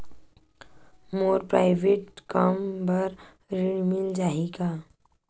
मोर private कम बर ऋण मिल जाही का?